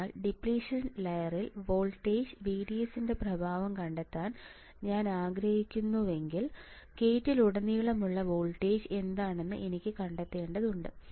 അതിനാൽ ഡിപ്ലിഷൻ ലെയറിൽ voltage VDS ന്റെ പ്രഭാവം കണ്ടെത്താൻ ഞാൻ ആഗ്രഹിക്കുന്നുവെങ്കിൽ ഗേറ്റിലുടനീളമുള്ള വോൾട്ടേജ് എന്താണെന്ന് എനിക്ക് കണ്ടെത്തേണ്ടതുണ്ട്